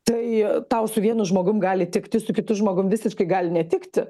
tai tau su vienu žmogum gali tikti su kitu žmogum visiškai gali netikti